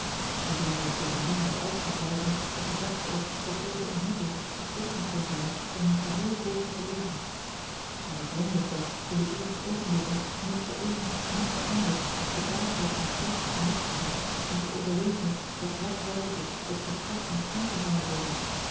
n dan rees bovendien bij elk van beiden de gedachte op dat deze ontmoeting beslissend kon zijn voor hun geheel volgend leven as het wonder dat in de eerste oogenblikken noch de een noch de ander bedaardheid van geest genoeg bezat om te overwegen op wat wijze het gesprek moest aangevangen worden